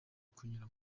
kunyura